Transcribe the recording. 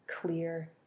clear